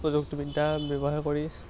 প্ৰযুক্তিবিদ্যা ব্যৱহাৰ কৰি